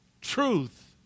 truth